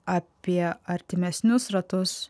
apie artimesnius ratus